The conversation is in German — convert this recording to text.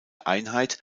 einheit